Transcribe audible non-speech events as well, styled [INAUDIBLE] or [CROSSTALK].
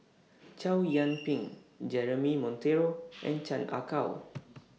Chow [NOISE] Yian Ping Jeremy Monteiro [NOISE] and Chan Ah Kow